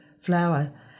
flower